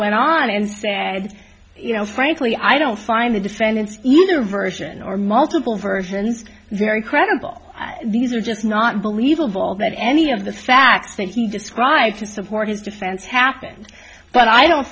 went on and said you know frankly i don't find the defendants either version or multiple versions very credible these are just not believable that any of the facts that he described to support his defense happened but i don't